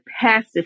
passive